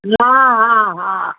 हां हां हां